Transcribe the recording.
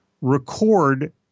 Record